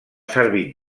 servit